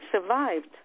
survived